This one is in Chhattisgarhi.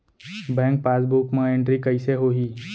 बैंक पासबुक मा एंटरी कइसे होही?